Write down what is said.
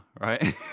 right